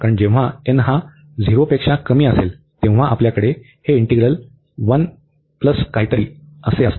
कारण जेव्हा न हा 0 पेक्षा कमी असेल तेव्हा आपल्याकडे हे इंटीग्रल 1 अधिक काहीतरी असते